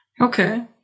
Okay